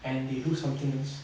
and they do something else